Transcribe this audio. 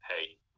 hey